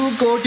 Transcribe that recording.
go